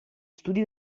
studi